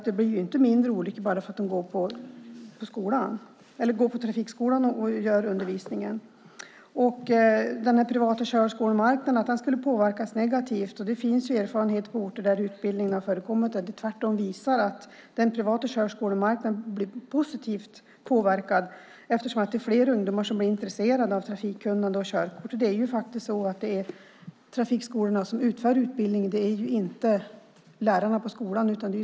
Det blir ju inte färre olyckor bara för att eleverna får undervisning på trafikskolorna. Det sägs att den privata körskolemarknaden skulle påverkas negativt. Det finns erfarenhet från orter där utbildningen har förekommit som tvärtom visar att den privata körskolemarknaden blir positivt påverkad eftersom fler ungdomar blir intresserade av trafikkunnande och körkort. Det är trafikskolorna som utför utbildningen, och inte lärarna på skolan.